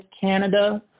Canada